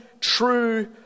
true